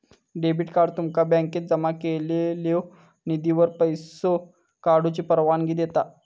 debit card तुमका बँकेत जमा केलेल्यो निधीवर पैसो काढूची परवानगी देता